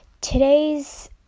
today's